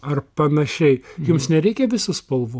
ar panašiai jums nereikia visų spalvų